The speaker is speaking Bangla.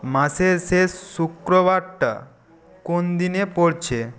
মাসের শেষ শুক্রবারটা কোন দিনে পড়ছে